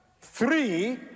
three